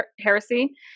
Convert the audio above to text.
heresy